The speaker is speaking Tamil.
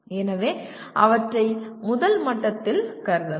எனவே அவற்றை முதல் மட்டத்தில் கருதலாம்